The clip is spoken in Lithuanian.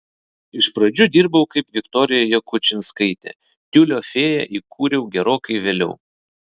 iš pradžių dirbau kaip viktorija jakučinskaitė tiulio fėją įkūriau gerokai vėliau